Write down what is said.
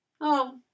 Oh